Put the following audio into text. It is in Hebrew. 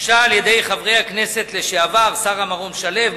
הוגשה על-ידי חברי הכנסת לשעבר שרה מרום-שלו,